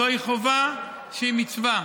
זוהי חובה שהיא מצווה,